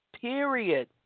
Period